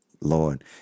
Lord